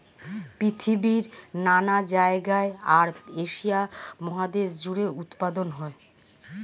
পৃথিবীর নানা জায়গায় আর এশিয়া মহাদেশ জুড়ে উৎপাদন হয়